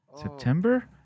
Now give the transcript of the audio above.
September